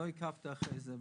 לא עקבתי אחרי זה.